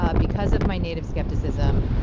ah because of my native skepticism,